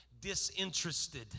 disinterested